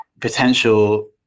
potential